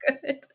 good